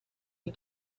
you